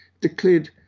declared